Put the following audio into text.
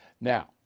now